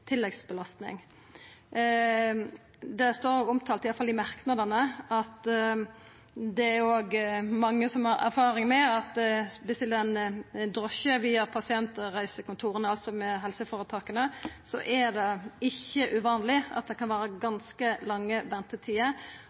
tilleggsbelastning. Det står omtalt – i alle fall i merknadane – at det òg er mange som har erfaring med at viss ein bestiller drosje via pasientreisekontora, altså via helseføretaka, er det ikkje uvanleg at det kan vera ganske lange ventetider.